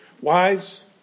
Wives